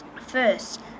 first